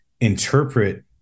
interpret